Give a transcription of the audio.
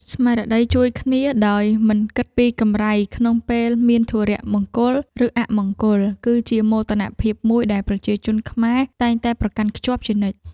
ស្មារតីជួយគ្នាដោយមិនគិតពីកម្រៃក្នុងពេលមានធុរៈមង្គលឬអមង្គល គឺជាមោទនភាពមួយដែលប្រជាជនខ្មែរតែងតែប្រកាន់ខ្ជាប់ជានិច្ច។